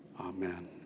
Amen